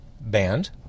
Band